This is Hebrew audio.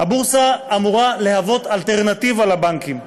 הבורסה אמורה לשמש אלטרנטיבה לבנקים.